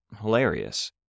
hilarious